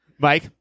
Mike